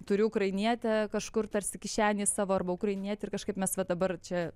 turiu ukrainietę kažkur tarsi kišenėj savo arba ukrainietį ir kažkaip mes va dabar čia